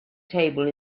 table